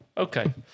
okay